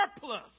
surplus